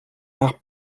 nach